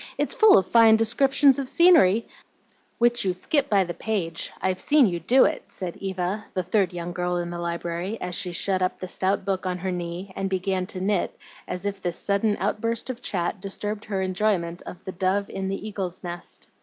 it's full of fine descriptions of scenery which you skip by the page, i've seen you do it, said eva, the third young girl in the library, as she shut up the stout book on her knee and began to knit as if this sudden outburst of chat disturbed her enjoyment of the dove in the eagle's nest.